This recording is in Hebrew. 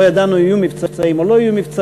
לא ידענו אם יהיו מבצעים או לא יהיו מבצעים.